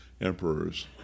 emperors